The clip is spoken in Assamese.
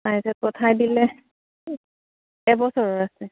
তাৰপিছত পঠাই দিলে এবছৰৰ আছে